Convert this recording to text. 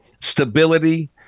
Stability